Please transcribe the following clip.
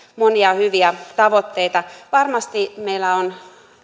monia hyviä tavoitteita varmasti meillä on